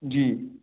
जी